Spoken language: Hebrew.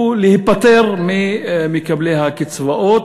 הוא להיפטר ממקבלי הקצבאות,